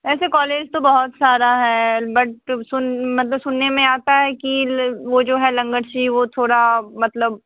ऐसे कॉलेज तो बहुत सारे है बट सुन मतलब सुनने में आता है कि वह जो है वह थोड़ा मतलब